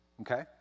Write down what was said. okay